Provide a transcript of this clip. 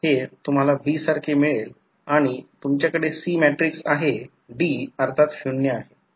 तर फक्त अँटी फेजमध्ये म्हणजे I2 आणि I2 अँटी फेजमध्ये आहेत I0 कडे दुर्लक्ष केले आहे मग I2 I1 म्हणूनच मी N1 I1 आणि एका आयडियल ट्रान्सफॉर्मरमधून लिहिले आहे